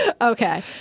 Okay